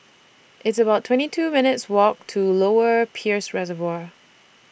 It's about twenty two minutes' Walk to Lower Peirce Reservoir